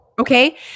Okay